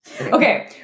Okay